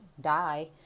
die